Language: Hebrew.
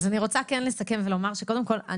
אני רוצה לסכם ולומר: קודם כל,